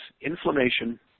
inflammation